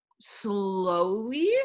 slowly